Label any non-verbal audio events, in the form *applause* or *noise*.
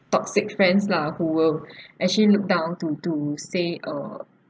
toxic friends lah who will *breath* actually look down to to say uh